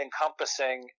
encompassing